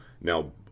Now